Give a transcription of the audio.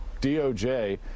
DOJ